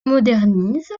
modernise